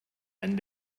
end